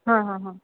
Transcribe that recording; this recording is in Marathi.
हां हां हां